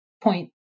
point